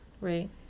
right